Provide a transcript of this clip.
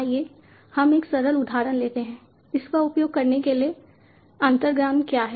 आइए हम एक सरल उदाहरण लेते हैं और इसका उपयोग करने के लिए अंतर्ज्ञान क्या है